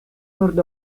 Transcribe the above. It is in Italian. nord